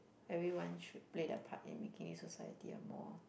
everyone should play their part in making this society a more